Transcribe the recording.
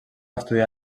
estudiar